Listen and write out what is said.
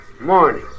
morning